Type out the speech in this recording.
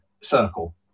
circle